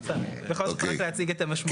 בכל אופן רק להציג את המשמעות.